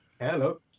hello